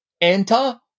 Enter